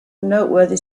noteworthy